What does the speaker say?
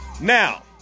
Now